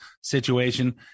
situation